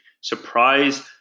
surprise